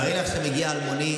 תארי לך שמגיע אלמוני,